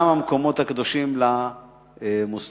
גם המקומות הקדושים למוסלמים.